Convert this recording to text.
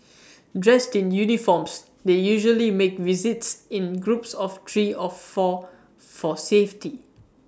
dressed in uniforms they usually make visits in groups of three of four for safety